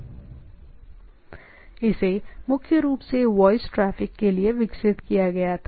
दूसरी बात हमने मुख्य रूप से वॉइस ट्रैफिक के लिए विकसित की है